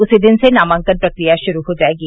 उसी दिन से नामांकन की प्रक्रिया शुरू हो जायेगी